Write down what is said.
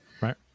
right